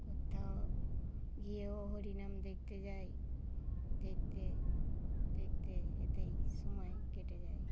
কোথাও গিয়েও হরিনাম দেখতে যাই দেখতে দেখতে এতেই সময় কেটে যায়